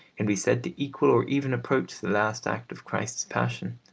can be said to equal or even approach the last act of christ's passion.